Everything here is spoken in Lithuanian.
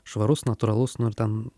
švarus natūralus nu ir ten